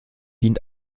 dient